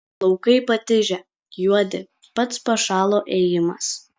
laukai patižę juodi pats pašalo ėjimas